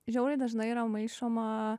žiauriai dažnai yra maišoma